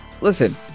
Listen